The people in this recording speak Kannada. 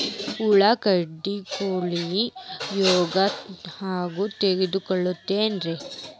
ಉಳ್ಳಾಗಡ್ಡಿ ಕೋಳಿ ರೋಗ ಹ್ಯಾಂಗ್ ಗೊತ್ತಕ್ಕೆತ್ರೇ?